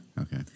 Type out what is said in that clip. Okay